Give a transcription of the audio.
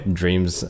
dreams